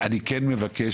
אני כן מבקש,